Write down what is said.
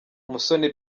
musoni